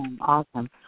awesome